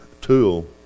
tool